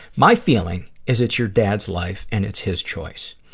my feeling is it's your dad's life and it's his choice.